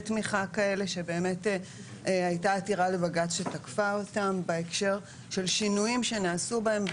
הייתה עתירה לבג"ץ שתקפה אותם בהקשר של שינויים שנעשו בהם,